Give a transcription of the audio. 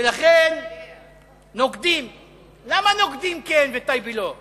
למה נוקדים, כן וטייבה, לא?